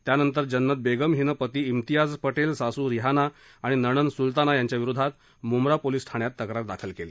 त्यानंतर जन्नत बेगम हीनं पती म्तियाज पटेल सासू रिहाना आणि नणंद सुलताना यांच्याविरोधात मुंब्रा पोलीस ठाण्यात तक्रार दाखल केली